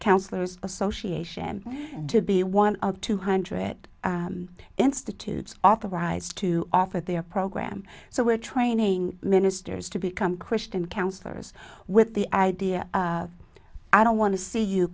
counselors association to be one of two hundred institutes authorized to offer their program so we're training ministers to become christian counselors with the idea i don't want to see you